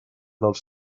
dels